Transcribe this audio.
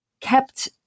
kept